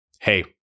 hey